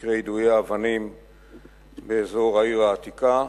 במקרי יידויי אבנים באזור העיר העתיקה,